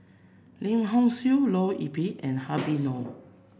Lim Hock Siew Leo Yip and Habib Noh